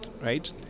right